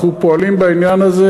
אנחנו פועלים בעניין הזה.